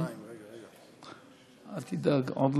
אדוני היושב-ראש, חברי חברי הכנסת, קודם כול